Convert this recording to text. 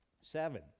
Seven